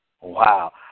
Wow